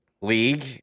League